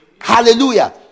Hallelujah